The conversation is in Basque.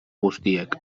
guztiek